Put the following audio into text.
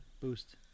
Boost